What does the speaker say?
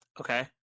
Okay